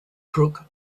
crook